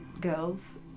girls